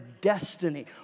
destiny